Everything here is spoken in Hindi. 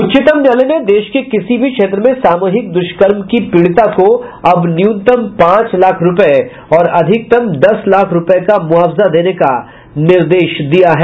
उच्चतम न्यायालय ने देश के किसी भी क्षेत्र में सामूहिक दुष्कर्म की पीड़िता को अब न्यूनतम पांच लाख रुपये और अधिकतम दस लाख रुपये का मुआवजा देने का निर्देश दिया है